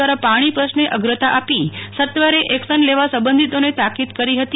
દ્વારા પાણી પ્રશ્ને અગ્રતા આપી સત્વરે એકશન લેવા સબંધિતોને તાકિદ કરી હતી